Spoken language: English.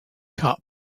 cup